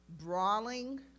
brawling